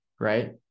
Right